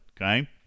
Okay